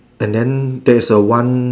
and then there's a one